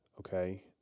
Okay